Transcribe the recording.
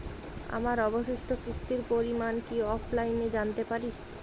আমার অবশিষ্ট কিস্তির পরিমাণ কি অফলাইনে জানতে পারি?